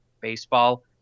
Baseball